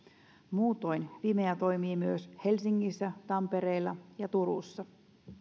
muutoin fimea toimii myös helsingissä tampereella ja turussa